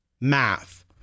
math